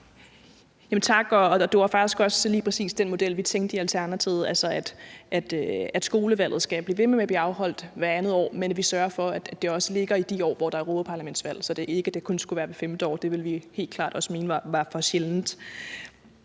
Tak. Det var faktisk også lige præcis den model, vi tænkte på i Alternativet, altså at skolevalget skal blive ved med at blive afholdt hvert andet år, men at vi sørger for, at det også ligger i de år, hvor der er europaparlamentsvalg, så det ikke kun skal være hvert femte år. Det ville vi helt klart også mene var for sjældent.